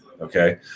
okay